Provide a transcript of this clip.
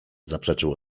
zaprzeczył